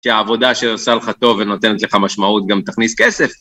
שהעבודה שעושה לך טוב ונותנת לך משמעות גם תכניס כסף.